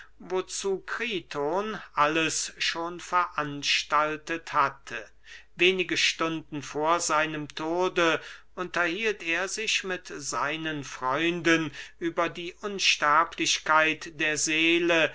wozu kriton alles schon veranstaltet hatte wenige stunden vor seinem tode unterhielt er sich mit seinen freunden über die unsterblichkeit der seele